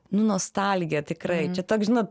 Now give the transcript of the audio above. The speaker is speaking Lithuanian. nu nostalgija tikrai toks žinot